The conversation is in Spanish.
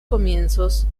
comienzos